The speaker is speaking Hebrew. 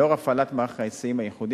לאור הפעלת מערך ההיסעים הייחודי,